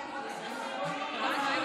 כהן הבטחת שיהיה סגן שר ולא היה מקום.